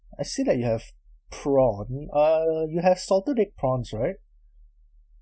I see that you have prawn uh you have salted egg prawns right